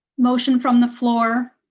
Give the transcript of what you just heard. motion from the floor.